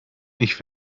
ich